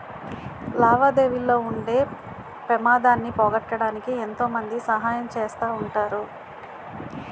లావాదేవీల్లో ఉండే పెమాదాన్ని పోగొట్టడానికి ఎంతో మంది సహాయం చేస్తా ఉంటారు